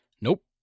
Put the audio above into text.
Nope